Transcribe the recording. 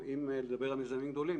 אם מדברים על מיזמים גדולים,